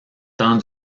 temps